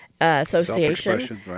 association